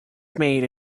made